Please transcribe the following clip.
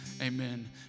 amen